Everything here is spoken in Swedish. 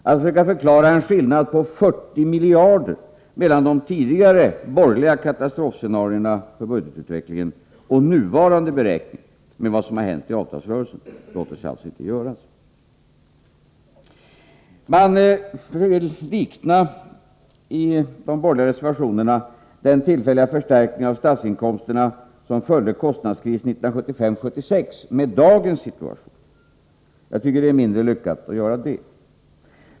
Att försöka förklara en skillnad på 40 miljarder mellan de tidigare borgerliga katastrofscenarierna för budgetutvecklingen och nuvarande beräkning av vad som hänt i avtalsrörelsen låter sig alltså inte göras. Man försöker i de borgerliga reservationerna likna den tillfälliga förstärkning av statsinkomsterna som följde på kostnadskrisen 1975-1976 med dagens situation. Jag tycker att det är mindre lyckat att göra det.